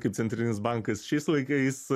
kaip centrinis bankas šiais laikais